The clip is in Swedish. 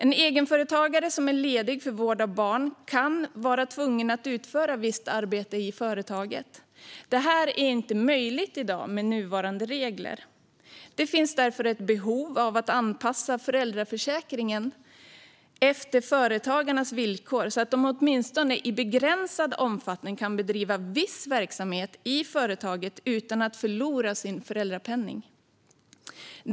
En egenföretagare som är ledig för vård av barn kan vara tvungen att utföra visst arbete i företaget. Detta är inte möjligt med nuvarande regler. Det finns därför ett behov av att anpassa föräldraförsäkringen efter företagarnas villkor så att de, åtminstone i begränsad omfattning, kan bedriva viss verksamhet i företaget utan att förlora sin föräldrapenning.